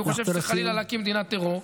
כי הוא חושב שצריך חלילה להקים מדינת טרור.